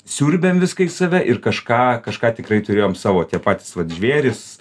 siurbėm viską į save ir kažką kažką tikrai turėjom savo tie patys žvėrys